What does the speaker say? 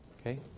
Okay